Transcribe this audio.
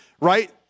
right